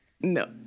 no